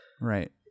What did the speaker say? right